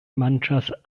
manĝas